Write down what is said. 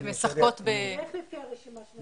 זה דבר ראשון.